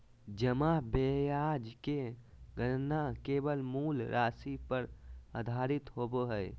जमा ब्याज के गणना केवल मूल राशि पर आधारित होबो हइ